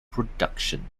production